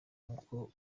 nk’uko